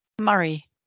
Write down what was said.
Murray